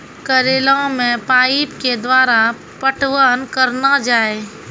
करेला मे पाइप के द्वारा पटवन करना जाए?